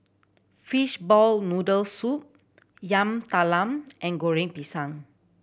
fishball noodle soup Yam Talam and Goreng Pisang